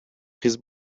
his